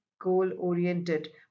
goal-oriented